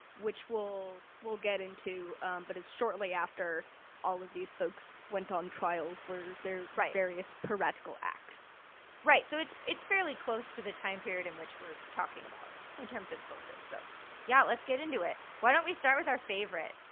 which we'll we'll get into um but it's shortly after all of these folks went on trial for their various piratical acts right. so it's, it's fairly close to the time period in which we're talking about in terms of sources so yeah, let's get into it. why don't we start with our favorite?